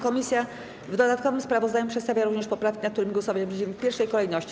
Komisja w dodatkowym sprawozdaniu przedstawia również poprawki, nad którymi głosować będziemy w pierwszej kolejności.